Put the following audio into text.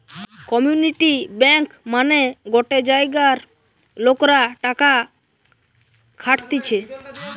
community bank মানে গটে জায়গার লোকরা টাকা খাটতিছে